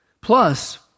Plus